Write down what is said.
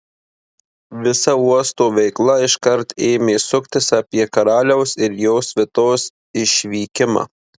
visa uosto veikla iškart ėmė suktis apie karaliaus ir jo svitos išvykimą